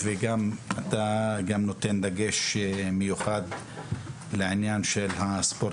ואתה גם נותן דגש מיוחד לעניין של הספורט